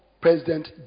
president